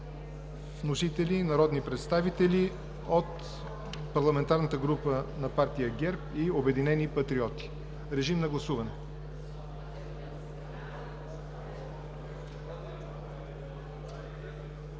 Вносители: народни представители от парламентарната група на партия ГЕРБ и „Обединени патриоти“. Режим на гласуване.